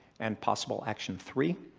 and possible action three,